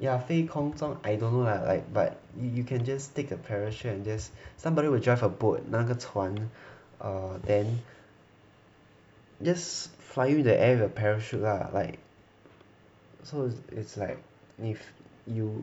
ya 飞空中 I don't know lah like but you you can just take a parachute and just somebody will drive a boat 那个船 err then just fly with the air a parachute lah like so it's like if you